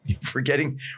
forgetting